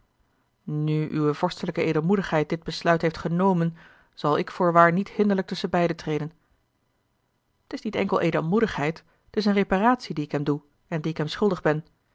nu uwe vorstelijke edelmoedigheid dit besluit heeft genomen zal ik voorwaar niet hinderlijk tusschenbeide treden t is niet enkel edelmoedigheid t is eene reparatie die ik hem doe en die ik hem schuldig ben